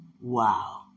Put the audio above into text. Wow